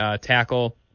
tackle